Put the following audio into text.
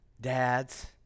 Dads